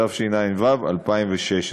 התשע"ו 2016,